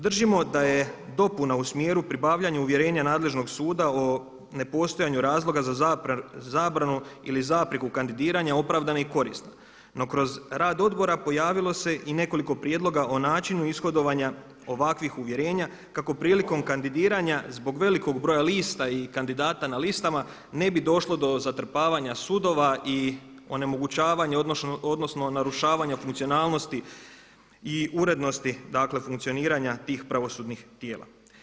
Držimo da je dopuna u smjeru pribavljanja uvjerenja nadležnog suda o nepostojanju razloga za zabranu ili zapreku kandidiranja opravdana i korisna no kroz rad odbora pojavilo se i nekoliko prijedloga o načinu ishodovanja ovakvih uvjerenja kako prilikom kandidiranja zbog velikog broja lista i kandidata na listama ne bi došlo do zatrpavanja sudova i onemogućavanja, odnosno narušavanja funkcionalnosti i urednosti dakle funkcioniranja tih pravosudnih tijela.